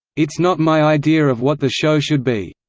it's not my idea of what the show should be.